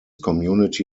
community